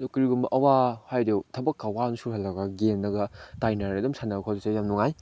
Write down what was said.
ꯑꯗꯨ ꯀꯔꯤꯒꯨꯝꯕ ꯑꯋꯥ ꯍꯥꯏꯔꯗꯤꯀꯣ ꯊꯕꯛꯀ ꯋꯥꯅ ꯁꯨꯔꯨꯔꯒ ꯍꯜꯂꯛꯑꯒ ꯒꯦꯝꯗꯒ ꯇꯥꯏꯅꯔ ꯑꯗꯨꯝ ꯁꯥꯟꯅꯕ ꯈꯣꯠꯄꯁꯦ ꯌꯥꯝ ꯅꯨꯡꯉꯥꯏ